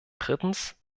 drittens